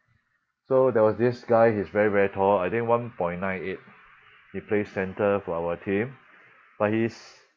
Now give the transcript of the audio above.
so there was this guy he's very very tall I think one point nine eight he plays center for our team but he's